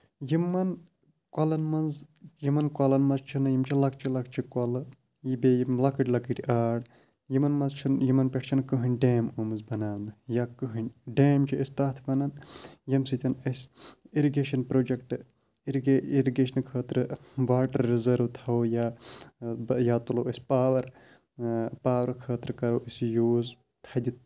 یِمن کۄلَن منٛز یِمن کۄلَن منٛز چھُنہٕ یِم چھِ لۄکٔچہِ لۄکچہِ کۄلہٕ یِم بیٚیہِ یِم لۄکٕٹۍ لۄکٕٹۍ آڑ یِمن منٛز چھُنہٕ یِمن پیٚٹھ چھُنہٕ کٔہیٖنٛۍ ڈیم آمٕژ بَناونہٕ یا کٔہیٖنٛۍ ڈیم چھِ أسۍ تَتھ وَنان ییٚمہِ سۭتۍ أسۍ اِرِکیشن پرٛوجیکٹہٕ اِرگے اِرِگیشن خٲطرٕ واٹر رِزٲرٕو تھاوَو یا یا تُلو أسۍ پاور پاورٕ خٲطرٕ کرو أسۍ یوٗز تھدِ